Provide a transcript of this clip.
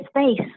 space